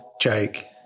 Jake